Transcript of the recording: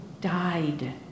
died